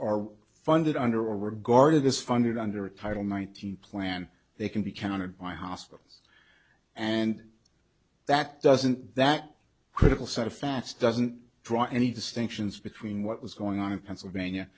are funded under or regarded as funded under title nineteen plan they can be counted by hospitals and that doesn't that critical set of facts doesn't draw any distinctions between what was going on in pennsylvania